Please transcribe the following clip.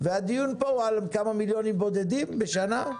והדיון פה הוא על כמה מיליונים בודדים בשנה?